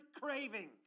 craving